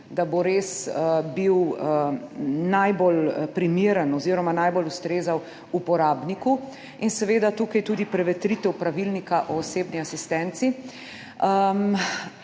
da bo res najbolj primeren oziroma bo najbolj ustrezal uporabniku, in seveda tukaj tudi prevetritev Pravilnika o osebni asistenci.